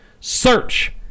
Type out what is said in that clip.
Search